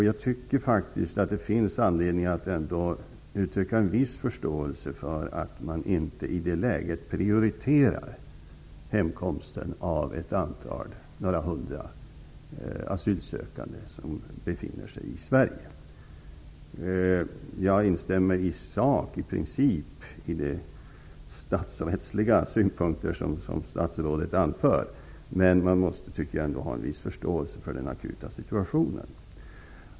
Jag tycker faktiskt att det finns anledning att uttrycka en viss förståelse för att man i Eritrea inte i det läget prioriterar hemkomsten av några hundra asylsökande som befinner sig i Sverige. Jag instämmer i princip i de statsrättsliga synpunkter som statsrådet anför, men vi måste ändå ha en viss förståelse för den akuta situationen.